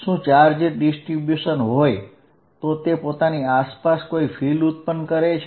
શું charge distribution હોય તો તે પોતાની આસપાસ કોઇ ક્ષેત્ર ઉત્પન્ન કરે છે